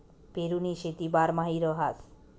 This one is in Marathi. पेरुनी शेती बारमाही रहास